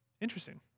interesting